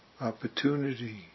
opportunity